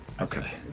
Okay